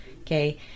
Okay